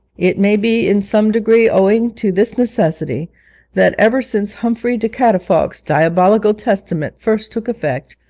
it may be in some degree owing to this necessity that, ever since humfrey de catafalque's diabolical testament first took effect,